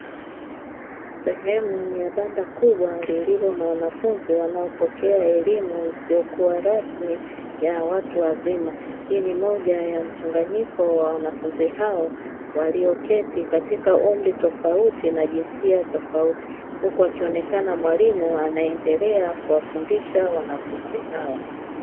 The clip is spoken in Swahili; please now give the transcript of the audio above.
Sehemu ya banda kubwa lililo na wanafunzi wanaopokea elimu isiyokuwa rasmi ya watu wazima, hii ni moja ya mchanganyiko ya wanafunzi hao walioketi katika umri tofauti na jinsia tofauti, huku akionekana mwalimu anaendelea kuwafundisha wanafunzi hao.